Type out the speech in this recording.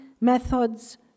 methods